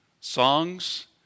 songs